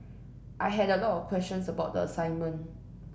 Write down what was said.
I had a lot of questions about the assignment